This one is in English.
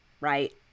right